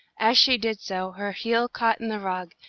as she did so, her heel caught in the rug,